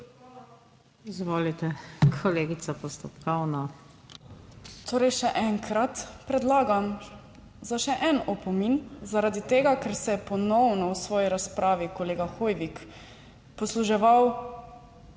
Izvolite kolegica, postopkovno.